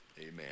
amen